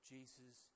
Jesus